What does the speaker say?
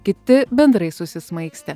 kiti bendrai susismaigstę